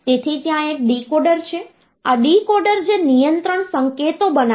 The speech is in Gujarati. તેથી ત્યાં એક ડીકોડર છે આ ડીકોડર જે નિયંત્રણ સંકેતો બનાવે છે